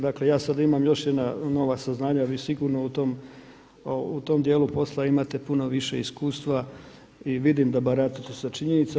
Dakle ja sada imam još jedna nova saznanja, vi sigurno u tom dijelu posla imate puno više iskustva i vidim da baratate sa činjenicom.